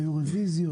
היו רביזיות,